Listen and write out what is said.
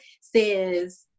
says